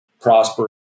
prosper